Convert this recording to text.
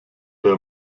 der